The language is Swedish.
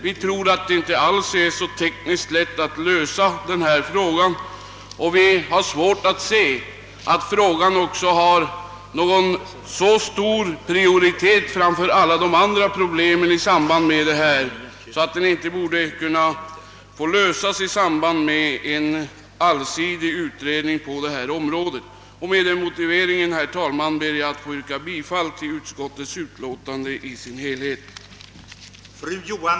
Vi tror inte att det är tekniskt lätt att lösa denna fråga, och vi har svårt att se att frågan också har så stor prioritet framför alla andra hithörande problem, att den inte borde kunna lösas i samband med en allsidig utredning på området. Med den motiveringen, herr talman, ber jag att få yrka bifall till utskottets hemställan.